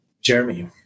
Jeremy